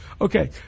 Okay